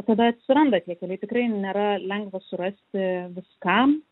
tada atsiranda tie keliai tikrai nėra lengva surasti viskam